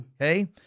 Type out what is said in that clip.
Okay